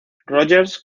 rogers